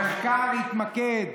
המחקר התמקד,